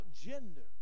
gender